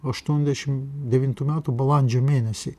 aštuoniasdešimt devintų metų balandžio mėnesį